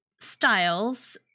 styles